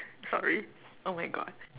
sorry oh my God